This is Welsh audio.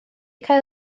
cael